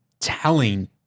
telling